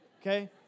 Okay